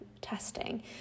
testing